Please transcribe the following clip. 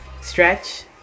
stretch